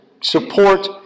support